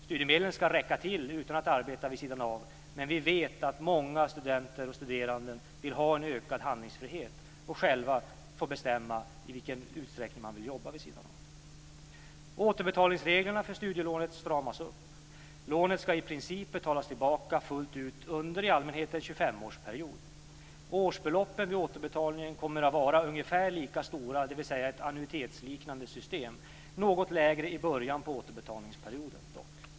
Studiemedlen ska räcka till utan att man arbetar vid sidan av, men vi vet att många studerande vill ha en ökad handlingsfrihet och själva bestämma i vilken utsträckning de jobbar vid sidan av. Återbetalningsreglerna för studielånet stramas upp. Lånet ska i princip betalas tillbaka fullt ut under i allmänhet en 25-årsperiod. Årsbeloppen vid återbetalningen kommer att vara ungefär lika stora, dvs. ett annuitetsliknande system, men något lägre i början av återbetalningsperioden.